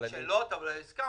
שאלות, אבל הסכמת.